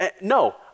no